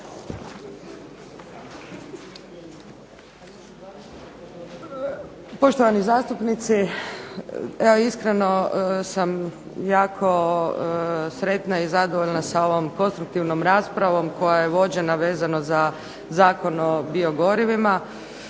Poštovani zastupnici, ja iskreno sam jako sretna i zadovoljna sa ovom konstruktivnom raspravom koja je vođena vezano za Zakon o biogorivima.